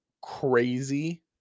crazy